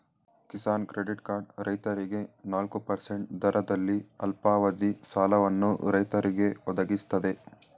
Kisan credit card ರೈತರಿಗೆ ನಾಲ್ಕು percent ದರದಲ್ಲಿ ಅಲ್ಪಾವಧಿ ಸಾಲವನ್ನು ರೈತರಿಗೆ ಒದಗಿಸ್ತದೆ